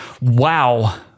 Wow